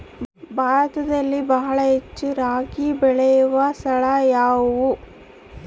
ಭಾರತದಲ್ಲಿ ಬಹಳ ಹೆಚ್ಚು ರಾಗಿ ಬೆಳೆಯೋ ಸ್ಥಳ ಯಾವುದು?